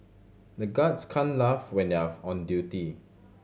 the guards can't laugh when they are on duty